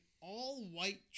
all-white